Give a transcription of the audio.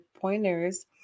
pointers